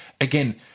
again